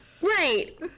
right